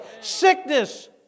Sickness